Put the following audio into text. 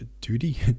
duty